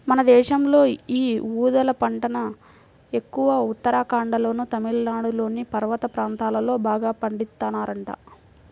మన దేశంలో యీ ఊదల పంటను ఎక్కువగా ఉత్తరాఖండ్లోనూ, తమిళనాడులోని పర్వత ప్రాంతాల్లో బాగా పండిత్తన్నారంట